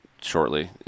shortly